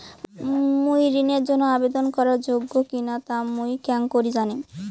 মুই ঋণের জন্য আবেদন করার যোগ্য কিনা তা মুই কেঙকরি জানিম?